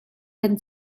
kan